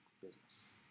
business